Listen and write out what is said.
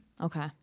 Okay